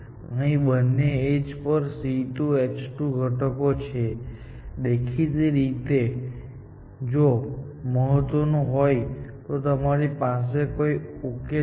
અહીં બંને એજ પર C2H5 ઘટકો છે દેખીતી રીતે જ જો તે મહત્ત્વનું હોય તો તમારી પાસે કોઈ ઉકેલ છે